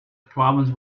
problems